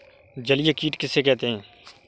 जलीय कीट किसे कहते हैं?